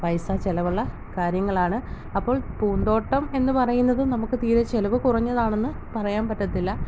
പൈസ ചിലവുള്ള കാര്യങ്ങളാണ് അപ്പോൾ പൂന്തോട്ടം എന്ന് പറയുന്നത് നമുക്ക് തീരെ ചിലവ് കുറഞ്ഞതാണെന്ന് പറയാൻ പറ്റത്തില്ല